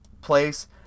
place